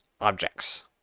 objects